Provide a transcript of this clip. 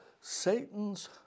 Satan's